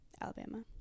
Alabama